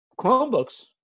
Chromebooks